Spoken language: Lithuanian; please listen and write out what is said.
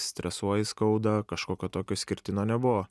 stresuoji skauda kažkokio tokio skirtino nebuvo